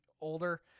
older